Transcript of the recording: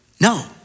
No